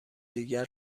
دیگر